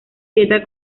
dieta